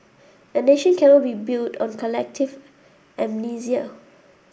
a nation cannot be built on collective amnesia